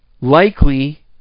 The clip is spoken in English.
likely